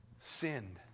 sinned